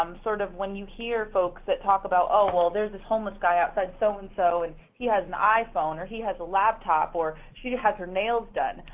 um sort of when you hear folks that talk about, oh, well, there's this homeless guy outside so so-and-so, so and he has an iphone or he has a laptop or she has her nails done.